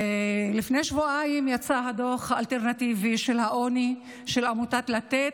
לפני שבועיים יצא הדוח האלטרנטיבי של העוני של עמותת לתת,